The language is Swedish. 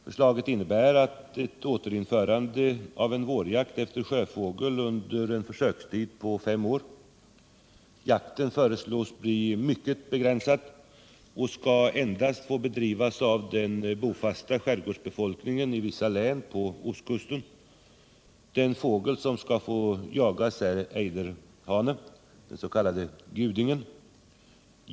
Förslaget innebär ett återinförande av vårjakt efter sjöfågel under en försöksperiod på fem år. Jakten föreslås bli mycket begränsad och skall endast få bedrivas av den bofasta skärgårdsbefolkningen i vissa län på ostkusten. Den fågel som skall få jagas är ejderhanne, den s.k. gudingen.